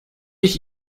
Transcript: ich